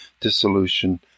dissolution